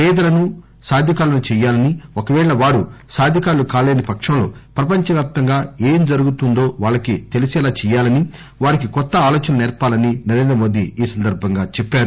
పేదల్లోనూ సాధికారం చేయాలని ఒకపేళ వారు సాధికారులు కాలేని పక్షంలో ప్రపంచవ్యాప్తంగా ఏం జరుగుతుందో వాళ్లకి తెలిసేలా చేయాలని వారికి కొత్త ఆలోచనలు సేర్పాలని నరేంద్రమోదీ ఈ సందర్బంగా చెప్పారు